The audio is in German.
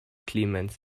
clemens